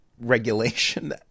regulation